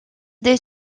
des